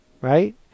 right